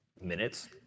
minutes